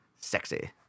Sexy